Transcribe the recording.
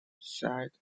said